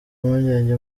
impungenge